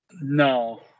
No